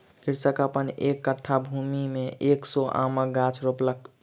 कृषक अपन एक कट्ठा भूमि में एक सौ आमक गाछ रोपलक